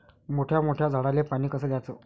मोठ्या मोठ्या झाडांले पानी कस द्याचं?